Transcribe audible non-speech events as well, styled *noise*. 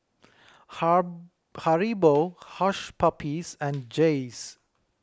*unintelligible* Haribo Hush Puppies and Jays